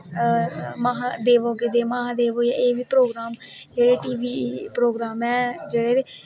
देवो के देव महादेव एह् बी प्रोग्राम होईया जेह्ड़े टीवी प्रोग्राम ऐ जेह्ड़े